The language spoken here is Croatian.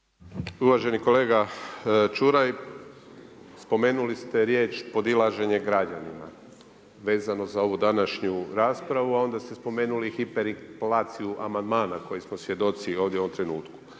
Uvaženi kolega Čuraj, spomenuli ste riječ podilaženje građanima vezano za ovu današnju raspravu a onda ste spomenuli i …/Govornik se ne razumije./… amandmana koje smo svjedoci ovdje u ovom trenutku.